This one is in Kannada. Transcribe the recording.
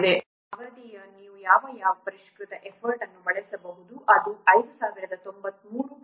ಅಂತೆಯೇ ಅವಧಿಯನ್ನು ನೀವು ಯಾವ ಪರಿಷ್ಕೃತ ಎಫರ್ಟ್ ಅನ್ನು ಬಳಸಬಹುದು ಅದು 5093 0